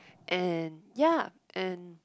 and yeah and